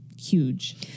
huge